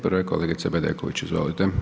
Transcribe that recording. Prva je kolegica Bedeković, izvolite.